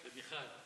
למיכל.